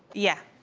yeah,